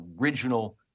original